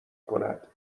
کند